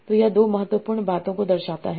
तो यह 2 महत्वपूर्ण बातों को दर्शाता है